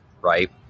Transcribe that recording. right